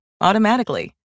automatically